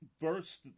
Verse